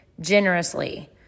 generously